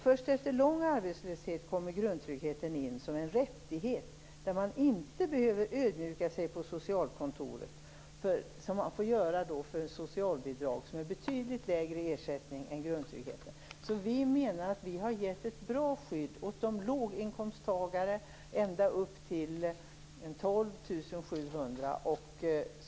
Först efter lång tids arbetslöshet kommer grundtryggheten in. Den är en rättighet. Man behöver inte ödmjuka sig på socialkontoret som man får göra för socialbidraget - som ger betydligt lägre ersättning är grundtryggheten. Vi menar att vi har givit ett bra skydd åt låginkomsttagare ända upp till 12 700 kr.